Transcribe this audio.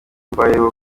mbayeho